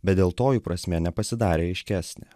bet dėl to jų prasmė nepasidarė aiškesnė